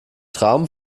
traum